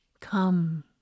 Come